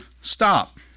Stop